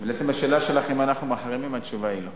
לשאלה שלך אם אנחנו מחרימים, התשובה היא לא.